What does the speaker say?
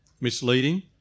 misleading